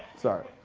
sorry,